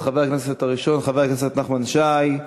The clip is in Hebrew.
2961, 2964,